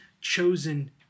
chosen